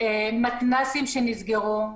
מתנ"סים שנסגרו,